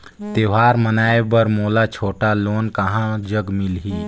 त्योहार मनाए बर मोला छोटा लोन कहां जग मिलही?